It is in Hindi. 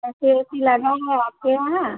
ए सी ओसी लगा हुआ आपके वहाँ